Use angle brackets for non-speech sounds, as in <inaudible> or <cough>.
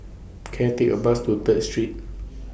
<noise> Can I Take A Bus to Third Street